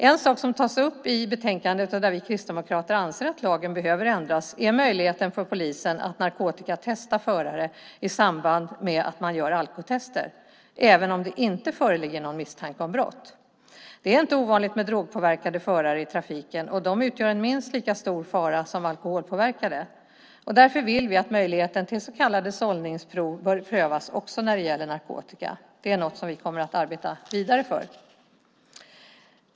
En sak som tas upp i betänkandet och där vi kristdemokrater anser att lagen behöver ändras är möjligheten för polisen att narkotikatesta förare i samband med att man gör alkotester även om det inte föreligger någon misstanke om brott. Det är inte ovanligt med drogpåverkade förare i trafiken, och de utgör en minst lika stor fara som alkoholpåverkade. Därför vill vi att möjligheten till så kallade sållningsprov bör prövas också när det gäller narkotika. Det är någonting som vi kommer att arbeta vidare för.